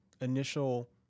initial